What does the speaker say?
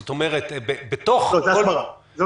זאת הסברה.